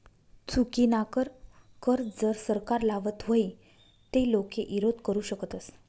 चुकीनाकर कर जर सरकार लावत व्हई ते लोके ईरोध करु शकतस